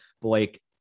Blake